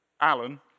Alan